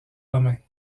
romains